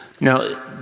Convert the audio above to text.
Now